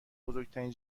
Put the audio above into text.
بزرگترین